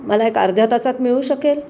मला एक अर्ध्या तासात मिळू शकेल